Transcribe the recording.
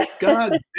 God